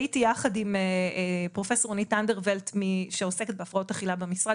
הייתי יחד עם פרופ' רונית אנדוולט שעוסקת בהפרעות אכילה במשרד,